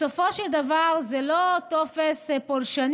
בסופו של דבר זה לא טופס פולשני.